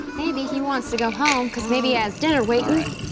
maybe he wants to go home cause maybe he has dinner waitin. alright.